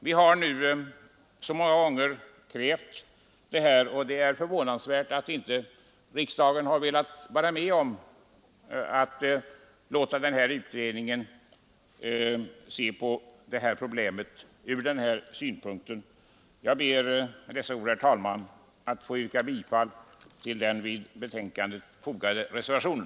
Vi har nu många gånger krävt detta, och det är förvånansvärt att inte riksdagen har velat vara med om att låta den här utredningen se över problemet från denna synpunkt. Jag ber med dessa ord, herr talman, att få yrka bifall till den vid betänkandet fogade reservationen.